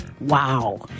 Wow